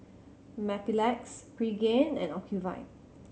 Mepilex Pregain and Ocuvite